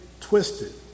twisted